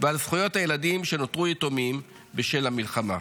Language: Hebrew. ועל זכויות הילדים שנותרו יתומים בשל המלחמה.